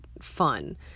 fun